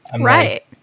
Right